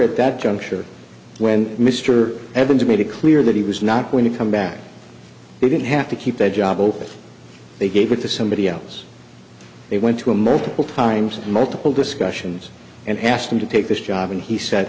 at that juncture when mr evans made it clear that he was not going to come back they didn't have to keep the job open they gave it to somebody else they went to a multiple times multiple discussions and asked them to take this job and he said